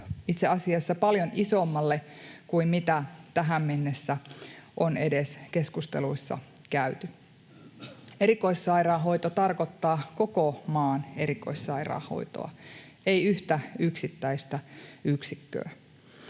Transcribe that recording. itse asiassa paljon isommalle kuin mitä tähän mennessä on edes keskusteluissa käyty. Erikoissairaanhoito tarkoittaa koko maan erikoissairaanhoitoa, ei yhtä yksittäistä yksikköä.